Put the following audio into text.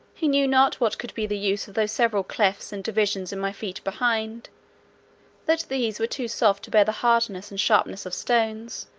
he knew not what could be the use of those several clefts and divisions in my feet behind that these were too soft to bear the hardness and sharpness of stones,